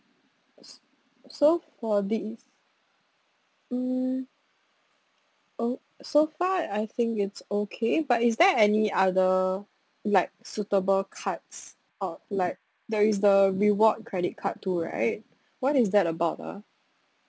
s~ so for this hmm oh so far I think it's okay but is there any other like suitable cards uh like there is the reward credit card too right what is that about ah